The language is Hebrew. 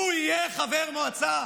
הוא יהיה חבר מועצה,